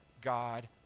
God